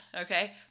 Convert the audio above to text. okay